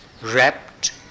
wrapped